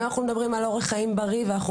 אם אנחנו מדברים על אורח חיים בריא ואנחנו